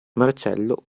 marcello